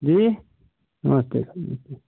जी नमस्ते सर नमस्ते